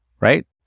right